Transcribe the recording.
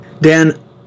dan